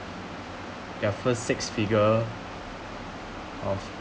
their first six figure of